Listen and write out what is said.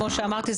כמו שאמרתי,